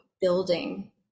building